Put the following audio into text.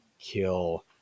kill